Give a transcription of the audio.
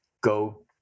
Go